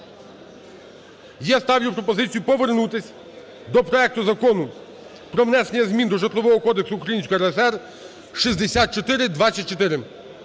Я ставлю пропозицію повернутись до проекту Закону про внесення змін до Житлового